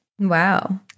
Wow